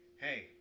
hey